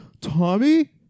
Tommy